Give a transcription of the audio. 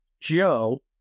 Joe